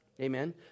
Amen